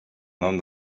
nom